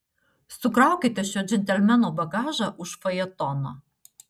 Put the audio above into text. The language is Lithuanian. sukraukite šio džentelmeno bagažą už fajetono